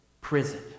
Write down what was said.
prison